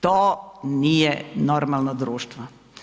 To nije normalno društvo.